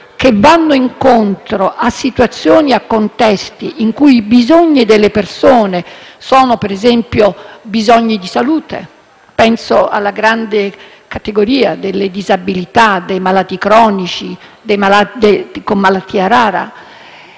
che vanno incontro a situazioni e a contesti in cui i bisogni delle persone sono, per esempio, quelli legati alla salute (penso alla grande categoria delle disabilità, dei malati cronici e con malattia rara),